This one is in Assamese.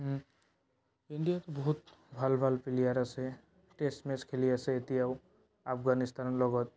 ইণ্ডিয়াৰ বহুত ভাল ভাল প্লেয়াৰ আছে টেষ্ট মেছ খেলি আছে এতিয়াও আফগানিস্তানৰ লগত